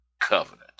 covenant